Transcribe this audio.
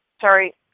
Sorry